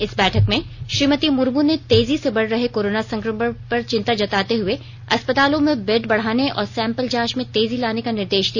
इस बैठक में श्रीमति मुर्मू ने तेजी से बढ़ रहेकोरोना संकमण पर चिंता जताते हुए अस्पतालों में बेड बढ़ाने और सैंपल जांच में तेजी लाने का निर्देश दिया